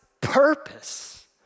purpose